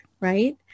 right